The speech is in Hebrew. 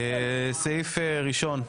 סעיף ראשון: